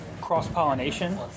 cross-pollination